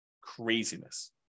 Craziness